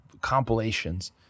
compilations